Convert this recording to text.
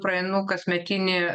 praeinu kasmetinį